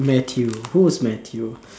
Matthew who's Matthew